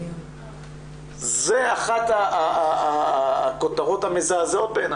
זה אחת הכותרות המזעזעות בעיני.